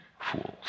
fools